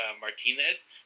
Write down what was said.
Martinez